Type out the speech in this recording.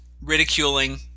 ridiculing